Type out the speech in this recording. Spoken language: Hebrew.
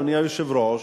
אדוני היושב-ראש,